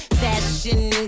fashion